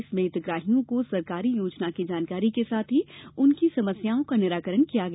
इसमें हितग्राहियों को सरकारी योजना की जानकारी के साथ ही उनकी समस्याओं का निराकरण भी किया गया